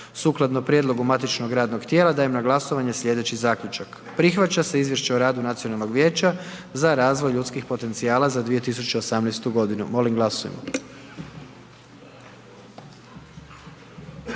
Sukladno prijedlogu matičnog radnog tijela, dajem na glasovanje slijedeći zaključak. Prihvaća se izvješće o radu nacionalnog vijeća za razvoj ljudskih potencijala za 2018. godinu. Molim glasujmo.